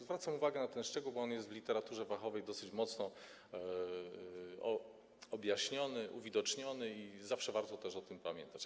Zwracam uwagę na ten szczegół, bo on jest w literaturze fachowej dosyć mocno objaśniony, uwidoczniony i zawsze warto też o tym pamiętać.